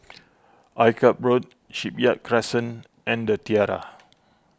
Akyab Road Shipyard Crescent and the Tiara